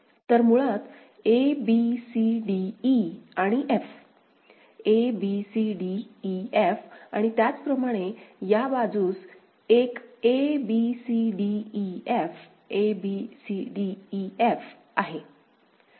तर मुळात a b c d e आणि f a b c d e f आणि त्याचप्रमाणे या बाजूस एक a b c d e f a b c d e f आहे